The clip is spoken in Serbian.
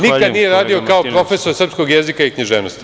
Nikad nije radio kao profesor srpskog jezika i književnosti.